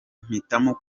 mpitamo